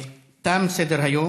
תם סדר-היום.